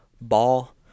Ball